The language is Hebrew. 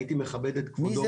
הייתי מכבד את כבודו.